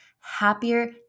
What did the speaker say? happier